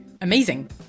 Amazing